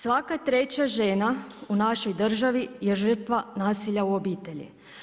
Svaka treća žena u našoj državi je žrtva nasilja u obitelji.